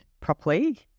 Properly